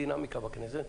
זו הדינמיקה בכנסת.